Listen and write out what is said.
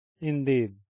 Indeed